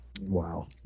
Wow